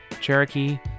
Cherokee